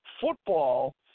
football